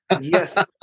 Yes